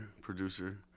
producer